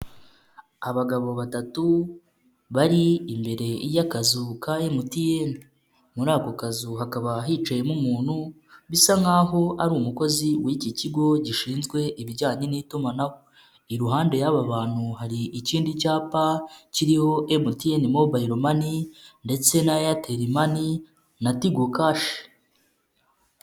Abagabo batatu, bari imbere y'akazu ka MTN. muri ako kazu hakaba hicayemo umuntu, bisa nkaho ari umukozi w'iki kigo gishinzwe ibijyanye n'itumanaho. Iruhande y'aba bantu hari ikindi cyapa, kiriho MTN Mobile Money ndetse na Airtel Money na Tigo Cash.